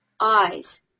Eyes